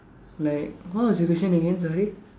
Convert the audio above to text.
like what was the question again sorry